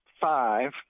five